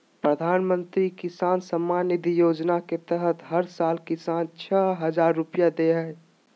प्रधानमंत्री किसान सम्मान निधि योजना के तहत हर साल किसान, छह हजार रुपैया दे हइ